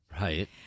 Right